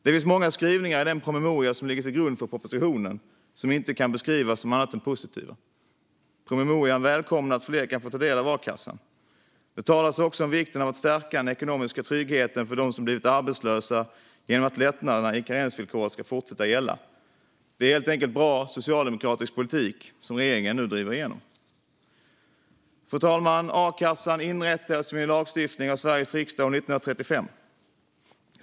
Det finns många skrivningar i den promemoria som ligger till grund för propositionen som inte kan beskrivas som annat än positiva. Promemorian välkomnar att fler kan få ta del av akassan. Det talas också om vikten av att stärka den ekonomiska tryggheten för dem som blivit arbetslösa genom att lättnaderna i karensvillkoret ska fortsätta gälla. Det är helt enkelt bra socialdemokratisk politik som regeringen nu driver igenom. Fru talman! A-kassan inrättades genom lagstiftning av Sveriges riksdag år 1935.